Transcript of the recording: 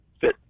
fit